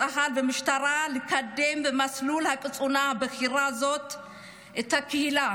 צה"ל והמשטרה לקדם במסלול הקצונה הבכירה את הקהילה.